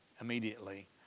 immediately